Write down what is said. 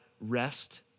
rest